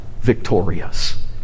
victorious